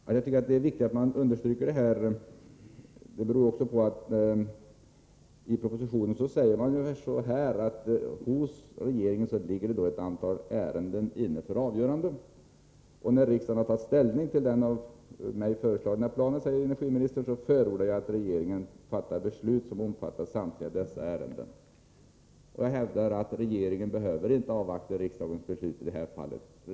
Att jag tycker det är viktigt att man understryker detta beror bl.a. på att det i propositionen står att hos regeringen ligger ett antal ärenden för avgörande. Sedan säger energiministern följande: När riksdagen har tagit ställning till den av mig föreslagna planen förordar jag att riksdagen fattar beslut som omfattar samtliga dessa ärenden. Jag för min del hävdar att regeringen inte behöver avvakta riksdagens beslut i det här fallet.